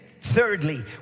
thirdly